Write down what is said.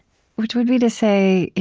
which would be to say,